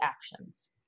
actions